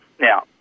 now